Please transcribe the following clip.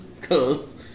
Cause